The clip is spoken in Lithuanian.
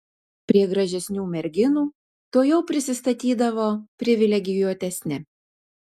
prie gražesnių merginų tuojau prisistatydavo privilegijuotesni